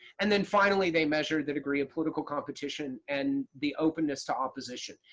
and then finally they measure the degree of political competition and the openness to opposition.